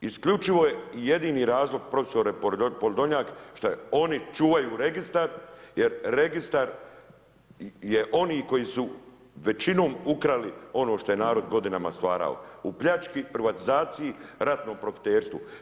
Isključivo je jedini razlog, profesore Podolnjak, što oni čuvaju Registar jer Registar je oni koji su većinom ukrali ono što je narod godinama stvarao u pljački, privatizaciji, ratnom profiterstvu.